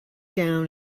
gown